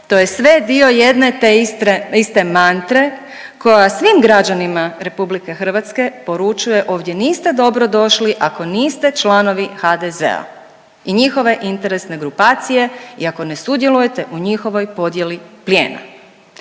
to je sve dio jedne te iste mantre koja svim građanima RH poručuje ovdje niste dobrodošli ako niste članovi HDZ-a i njihove interesne grupacije i ako ne sudjelujete u njihovoj podijeli plijena.